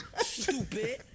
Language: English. Stupid